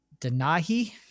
Denahi